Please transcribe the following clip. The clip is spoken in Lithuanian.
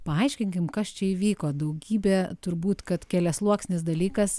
paaiškinkim kas čia įvyko daugybė turbūt kad keliasluoksnis dalykas